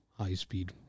high-speed